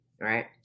right